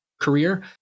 career